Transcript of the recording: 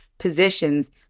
positions